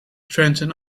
trenton